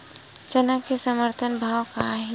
चना के समर्थन भाव का हे?